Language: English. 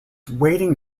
waiting